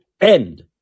end